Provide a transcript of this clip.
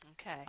Okay